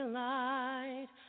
light